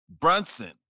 Brunson